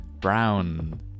brown